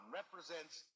represents